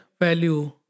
value